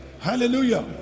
Hallelujah